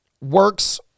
works